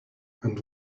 and